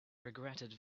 regretted